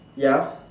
ya